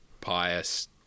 pious